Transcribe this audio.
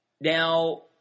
Now